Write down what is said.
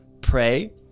pray